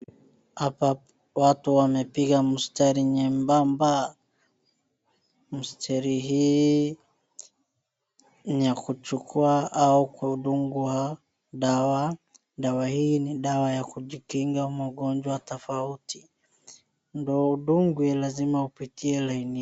Hapa watu wamepiga mstari nyembamba. Mstari hii ni ya kuchukua au kudunguwa dawa. Dawa hii ni dawa ya kujikinga magonjwa tofauti. Ndio udungwe lazima upitie laini.